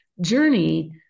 journey